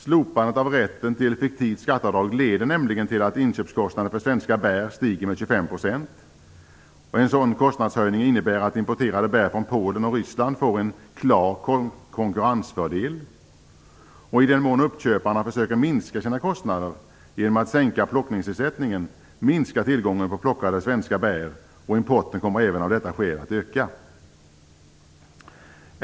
Slopandet av rätten till fiktivt skatteavdrag leder nämligen till att inköpskostnaden för svenska bär stiger med 25 %. En sådan kostnadshöjning innebär att importerade bär från Polen och Ryssland får en klar konkurrensfördel. I den mån uppköparna försöker minska sina kostnader genom att sänka plockningsersättningen minskar tillgången på plockade svenska bär, och importen kommer även av detta skäl att öka.